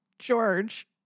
George